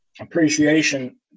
appreciation